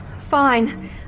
Fine